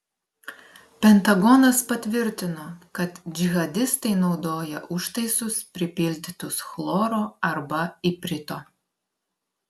pentagonas patvirtino kad džihadistai naudoja užtaisus pripildytus chloro arba iprito